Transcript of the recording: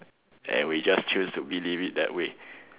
and we just choose to believe it that way